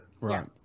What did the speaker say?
Right